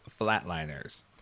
Flatliners